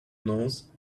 nose